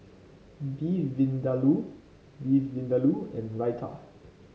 Beef Vindaloo Beef Vindaloo and Raita